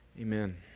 Amen